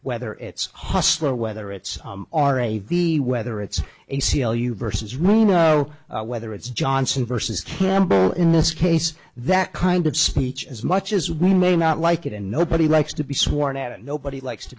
whether it's hustler whether it's r a v whether it's a c l u versus reno whether it's johnson versus campbell in this case that kind of speech as much as we may not like it and nobody likes to be sworn at and nobody likes to